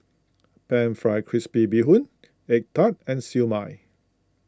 Pan Fried Crispy Bee Hoon Egg Tart and Siew Mai